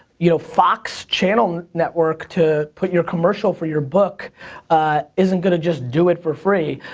you know fox channel network to put your commercial for your book isn't gonna just do it for free.